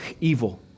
evil